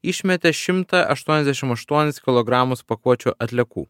išmetė šimtą aštuoniasdešim aštuonis kilogramus pakuočių atliekų